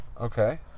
Okay